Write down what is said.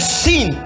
seen